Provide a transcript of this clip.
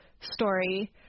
story